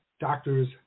doctors